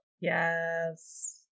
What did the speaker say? Yes